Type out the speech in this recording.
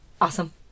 Awesome